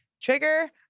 Trigger